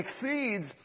exceeds